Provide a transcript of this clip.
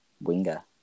winger